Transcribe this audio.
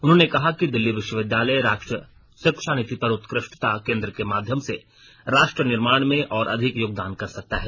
उन्होंने कहा कि दिल्ली विश्वविद्यालय राष्ट्रीय शिक्षा नीति पर उत्कृष्टता केंद्र के माध्यम से राष्ट्र निर्माण में और अधिक योगदान कर सकता है